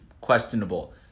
questionable